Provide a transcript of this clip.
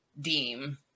deem